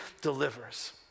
delivers